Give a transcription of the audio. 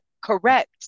correct